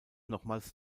nochmals